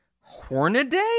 Hornaday